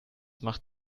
macht